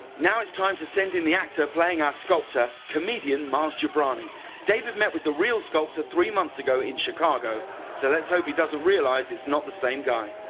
now it's time to send in the actor playing our sculpt ter comedian mark gibrani david met with the real scrupter three months ago in chicago so let's hope he doesn't realize it's not the same guy.